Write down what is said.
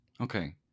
Okay